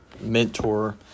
mentor